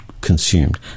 consumed